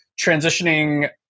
transitioning